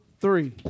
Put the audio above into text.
three